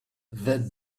that